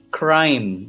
crime